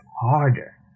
harder